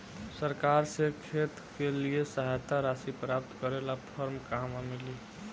सरकार से खेत के लिए सहायता राशि प्राप्त करे ला फार्म कहवा मिली?